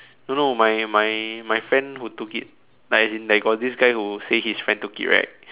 no no my my my friend who took it like as in like got this guy who say his friend took it right